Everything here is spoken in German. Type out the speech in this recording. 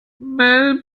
mel